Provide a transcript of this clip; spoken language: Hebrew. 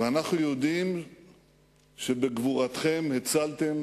אנחנו יודעים שבגבורתכם הצלתם